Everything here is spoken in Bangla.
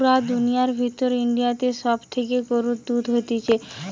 পুরা দুনিয়ার ভিতর ইন্ডিয়াতে সব থেকে গরুর দুধ হতিছে